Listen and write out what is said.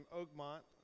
Oakmont